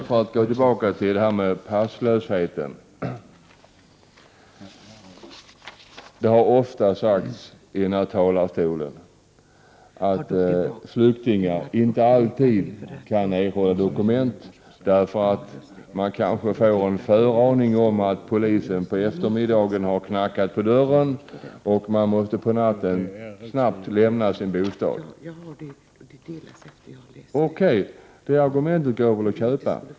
Jag återkommer till passlösheten. Det har ofta sagts i talarstolen att flyktingar inte alltid kan erhålla dokument. Man kanske får en föraning om att polisen på eftermiddagen har knackat på dörren. På natten måste man snabbt lämna sin bostad. Okej, det går väl att köpa det argumentet.